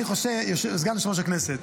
סגן יושב-ראש הכנסת,